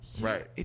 Right